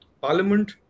parliament